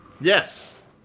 Yes